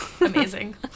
Amazing